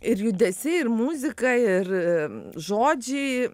ir judesiai ir muzika ir žodžiai